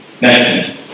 Next